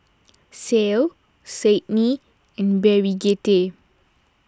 Cael Sydnie and Brigette